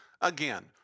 again